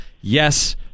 yes